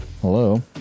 hello